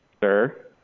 Sir